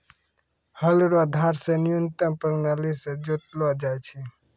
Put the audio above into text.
हल रो धार से न्यूतम प्राणाली से जोतलो जाय छै